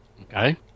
Okay